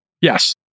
Yes